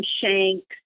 shanks